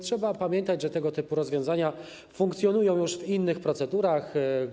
Trzeba pamiętać, że tego typu rozwiązania funkcjonują już w innych procedurach.